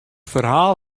ferhaal